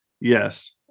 Yes